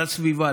לסביבה,